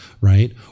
right